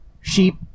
Sheep